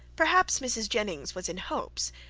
perhaps mrs. jennings was in hopes,